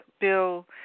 Bill